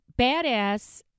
badass